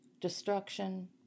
destruction